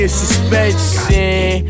suspension